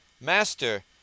Master